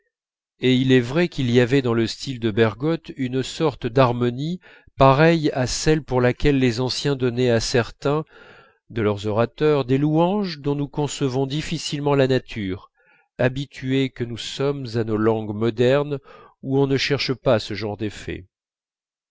et il est vrai qu'il y avait dans le style de bergotte une sorte d'harmonie pareille à celle pour laquelle les anciens donnaient à certains de leurs orateurs des louanges dont nous concevons difficilement la nature habitués que nous sommes à nos langues modernes où on ne cherche pas ce genre d'effets